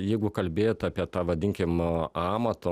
jeigu kalbėt apie tą vadinkim amato